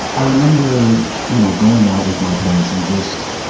i remember, you know, going out with my parents and just,